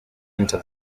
enter